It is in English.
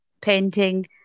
painting